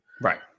Right